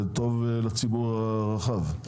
זה טוב לציבור הרחב.